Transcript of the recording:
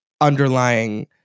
underlying